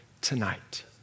tonight